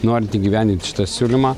norint įgyvendinti šitą siūlymą